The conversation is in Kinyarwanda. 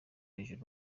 hejuru